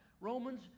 Romans